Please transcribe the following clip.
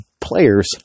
players